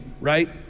right